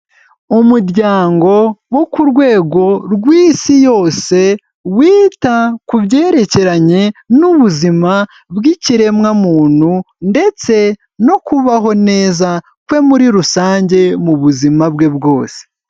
Umuryango wo ku rwego rw'isi yose, wita ku byerekeranye n'ubuzima bw'ikiremwamuntu, ndetse no kubaho neza, kwe muri rusange, mu buzima bwe bwose.